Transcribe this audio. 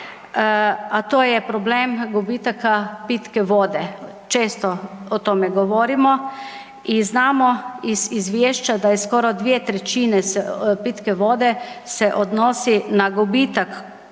a to je problem gubitaka pitke vode. Često o tome govorimo i znamo iz izvješća da je skoro 2/3 pitke vode se odnosi na gubitak